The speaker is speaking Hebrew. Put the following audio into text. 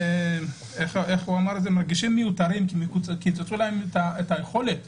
אמר שמרגישים מיותרים כי קיצצו את היכולת